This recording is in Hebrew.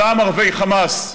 אותם ערביי חמאס,